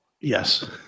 Yes